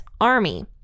army